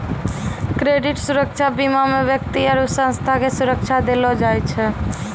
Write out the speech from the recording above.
credit सुरक्षा बीमा मे व्यक्ति आरु संस्था के सुरक्षा देलो जाय छै